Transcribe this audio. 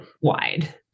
wide